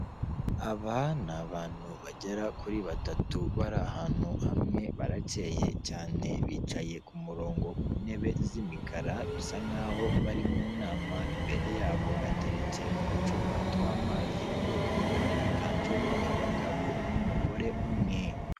Aba ni abantu bagera kuri batatu bari ahantu hamwe baracye cyane bicaye ku murongo ku ntebe z'imikara bisa nk'aho bari mu nama imbere yabo hateretse uducupa tw'amazi yo kunywa higanjemo abagabo n'umugore umwe.